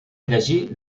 llegir